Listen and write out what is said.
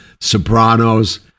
Sopranos